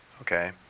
Okay